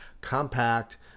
compact